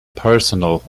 personal